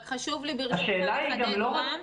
רק חשוב לי ברשותך לחדד, רם.